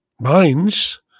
minds